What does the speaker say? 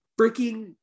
freaking